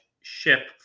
ship